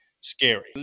scary